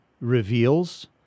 reveals